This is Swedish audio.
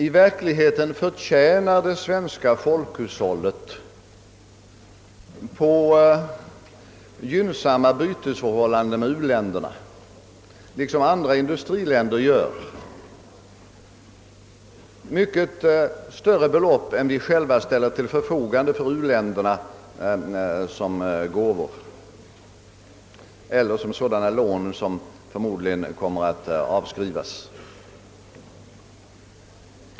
I verkligheten förtjänar det svenska folkhushållet på gynnsamma bytesförhållanden med u-länderna, liksom andra industriländer gör, mycket större belopp än vi själva ställer till förfogande för u-länderna som gåvor eller som sådana lån som förmodligen kommer att avskrivas.